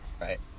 Right